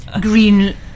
green